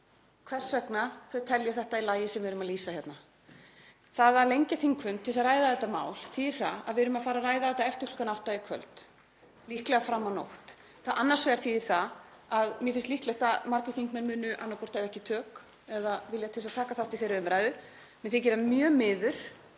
hvers vegna þau telji þetta í lagi sem við erum að lýsa hérna. Það að lengja þingfund til þess að ræða þetta mál þýðir það að við erum að fara að ræða þetta eftir klukkan átta í kvöld, líklega fram á nótt. Annars vegar þýðir það að mér finnst líklegt að margir þingmenn muni annaðhvort ekki hafa tök eða vilja til að taka þátt í þeirri umræðu. Mér þykir það mjög miður.